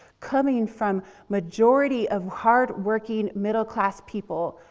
coming from majority of hardworking middle-class people,